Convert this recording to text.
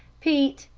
pete,